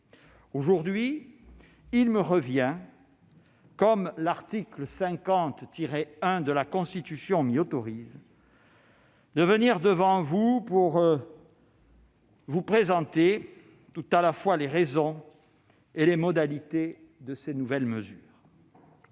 aujourd'hui, comme l'article 50-1 de la Constitution m'y autorise, de venir devant vous pour vous présenter tout à la fois les raisons et les modalités de ces nouvelles mesures.